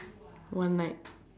one night